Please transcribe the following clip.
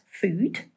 food